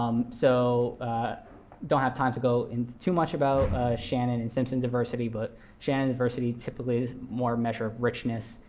um so don't have time to go into too much about shannon and simpson diversity, but shannon diversity, typically, is more a measure of richness,